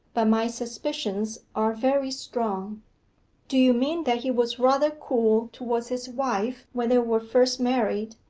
but my suspicions are very strong do you mean that he was rather cool towards his wife when they were first married,